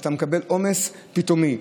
ואתה מקבל עומס פתאומי.